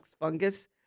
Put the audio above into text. Fungus